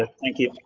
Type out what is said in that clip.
ah thank you,